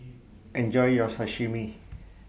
Enjoy your Sashimi